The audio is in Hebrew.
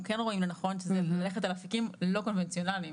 כן רואים לנכון שזה ללכת על אפיקים לא קונבנציונאליים.